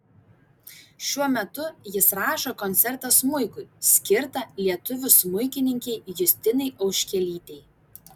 šiuo metu jis rašo koncertą smuikui skirtą lietuvių smuikininkei justinai auškelytei